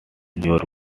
your